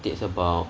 it's about